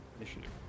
initiative